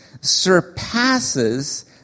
surpasses